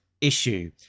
issue